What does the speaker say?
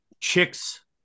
Chicks